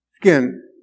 Again